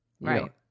Right